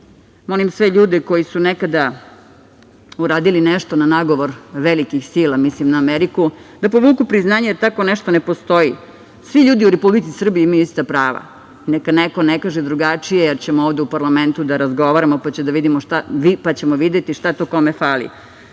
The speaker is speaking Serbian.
molim sve ljude koji su nekada uradili nešto na nagovor velikih sila, mislim na Ameriku, da povuku priznanje, jer tako nešto ne postoji. Svi ljudi u Republici Srbiji imaju ista prava. Neka neko ne kaže drugačije, jer ćemo ovde u parlamentu da razgovaramo pa ćemo videti šta to kome fali. Ono